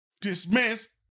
dismiss